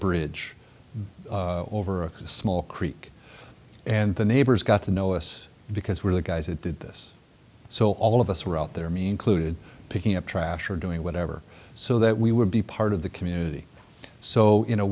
bridge over a small creek and the neighbors got to know us because we're the guys that did this so all of us were out there i mean clue to picking up trash or doing whatever so that we would be part of the community so in a